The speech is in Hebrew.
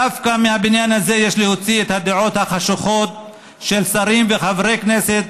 דווקא מהבניין הזה יש להוציא את הדעות החשוכות של שרים וחברי כנסת,